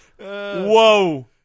Whoa